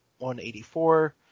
184